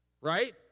Right